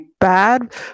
bad